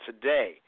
today